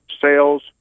sales